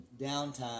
downtime